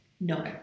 No